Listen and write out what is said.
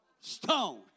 stone